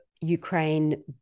Ukraine